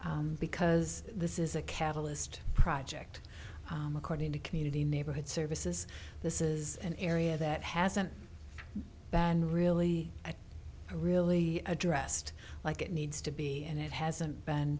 precedent because this is a catalyst project according to community neighborhood services this is an area that hasn't been really really addressed like it needs to be and it hasn't been